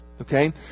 okay